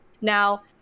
Now